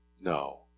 No